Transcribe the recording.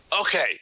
Okay